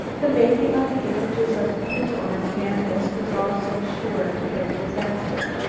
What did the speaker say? the making of the images of the people on canvas was also sure to bring disaster.